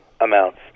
amounts